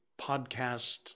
podcast